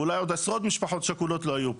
ואולי עוד עשרות משפחות שכולות לא היו פה.